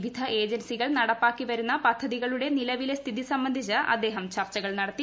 വിവിധ ഏജൻസികൾ നടപ്പാക്കി വരുന്ന പദ്ധതികളുടെ നിലവിലെ സ്ഥിതി സംബന്ധിച്ച് അദ്ദേഹം ചർച്ചകൾ നടത്തി